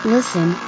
Listen